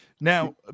Now